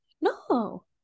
No